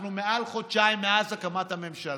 אנחנו מעל חודשיים מאז הקמת הממשלה,